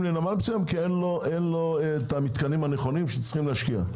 לנמל כי אין לו המתקנים הנכונים שצריך להשקיע.